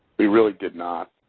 we really did not.